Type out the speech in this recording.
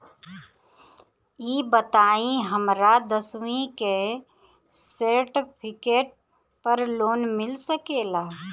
ई बताई हमरा दसवीं के सेर्टफिकेट पर लोन मिल सकेला?